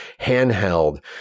Handheld